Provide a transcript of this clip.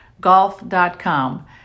golf.com